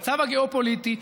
המצב הגיאו-פוליטי,